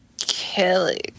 Kelly